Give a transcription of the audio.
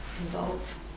involve